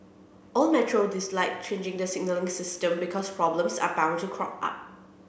all metro dislike changing the signalling system because problems are bound to crop up